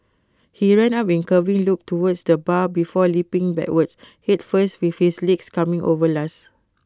he ran up in curving loop towards the bar before leaping backwards Head first with his legs coming over last